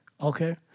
Okay